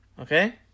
Okay